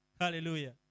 Hallelujah